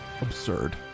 absurd